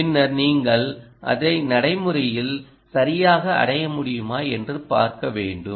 பின்னர் நீங்கள் அதை நடைமுறையில் சரியாக அடைய முடியுமா என்று பார்க்க வேண்டும்